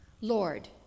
Lord